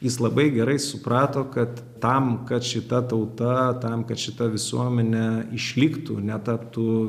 jis labai gerai suprato kad tam kad šita tauta tam kad šita visuomenė išliktų netaptų